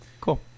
Cool